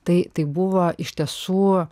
tai tai buvo iš tiesų